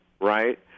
right